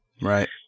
right